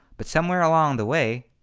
but somewhere along the way,